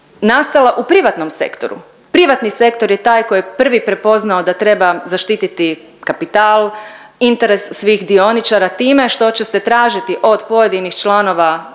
nastala u privatnom sektoru, privatni sektor je taj koji je prvi prepoznao da treba zaštititi kapital, interes svih dioničara time što će se tražiti od pojedinih članova